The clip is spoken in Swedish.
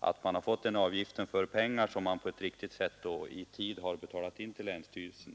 att dessa avgifter gäller pengar som man i tid har betalat in till länsstyrelsen.